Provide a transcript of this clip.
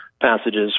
passages